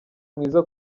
mwiza